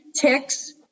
Ticks